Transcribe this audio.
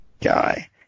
guy